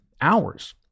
hours